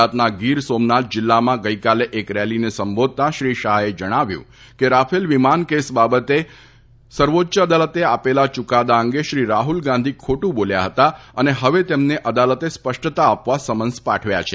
ગુજરાતના ગીર સોમનાથ જિલ્લામાં ગઇકાલે એક રેલીને સંબોધતાં શ્રી શાહે જણાવ્યું હતું કે રાફેલ વિમાન કેસ બાબતે સર્વોચ્ચ અદાલતે આપેલા ચુકાદા અંગે શ્રી રાહુલ ગાંધી ખોટું બોલ્યા હતા અને હવે તેમને અદાલતે સ્પષ્ટતા આપવા સમન્સ પાઠવ્યા છે